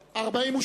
פינס-פז,